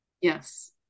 Yes